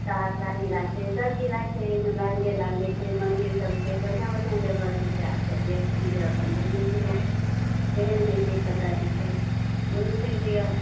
सहरसा जिला छै सब जिला छै एहिमे लागले लागले छै मन्दिर सब छै बढ़िऑं बढ़िऑं जगह छै आबिके देख सुनिके अपन घुमू फिरू केहन होइ छै कतऽ होइ छै घुमि फिर लिअ